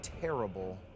terrible